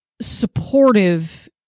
supportive